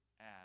Add